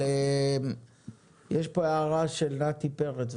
אבל יש פה הערה של נתי פרץ.